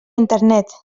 internet